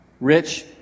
rich